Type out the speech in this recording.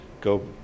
go